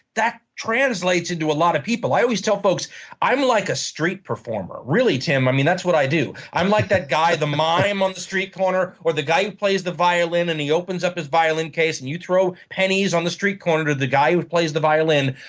that translates into a lot of people. i always tell folks i'm like a street performer. really, tim, that's what i do. i'm like that guy, the mime on the street corner, or the guy who plays the violin and he opens up his violin case and you throw pennies on the street corner to the guy who plays the violin.